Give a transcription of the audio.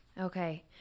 Okay